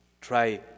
Try